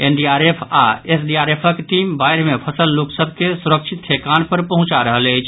NDRF आओर एसडीआरएफक team बाढि मे फंसल लोक सभ के सुरक्षित ठेकान पर पहुंचा रहल अछि